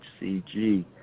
HCG